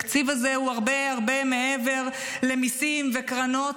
התקציב הזה הוא הרבה הרבה מעבר למיסים וקרנות.